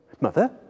Mother